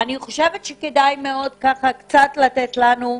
אני חושב שכדאי לתת לנו נתונים: